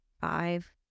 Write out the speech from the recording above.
five